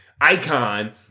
icon